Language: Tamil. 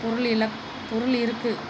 பொருளிலக் பொருள் இருக்குது